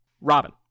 Robin